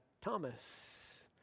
Thomas